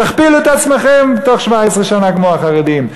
תכפילו את עצמכם תוך 17 שנה כמו החרדים.